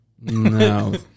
no